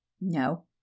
No